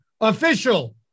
official